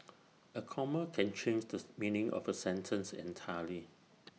A comma can change does meaning of A sentence entirely